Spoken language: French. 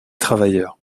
travailleurs